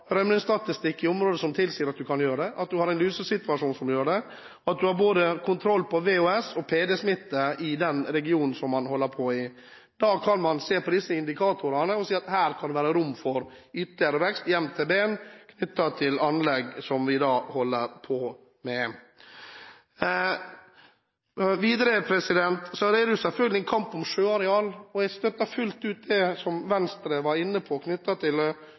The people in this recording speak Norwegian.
rømningsstatistikk i området som tilsier at man kan gjøre det. Har man en lusesituasjon som gjør at man har kontroll på både VHS-smitte og PD-smitte i den regionen som man holder til i, kan man se på disse indikatorene og si at her kan det være rom for ytterligere vekst i MTB-en knyttet til anlegg som vi har. Videre er det selvfølgelig en kamp om sjøareal. Jeg støtter fullt ut det som Venstre var inne på når det gjaldt kommunenes andel. Denne næringens videre vekst betinger også en støtte til